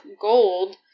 gold